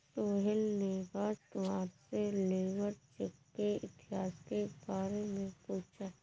सोहेल ने राजकुमार से labour check के इतिहास के बारे में पूछा